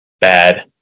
bad